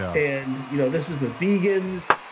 and you know this is the vegans,